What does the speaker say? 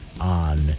on